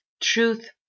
Truth